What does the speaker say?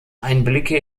einblicke